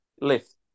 Lift